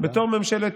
ממשלת